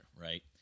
right